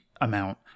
amount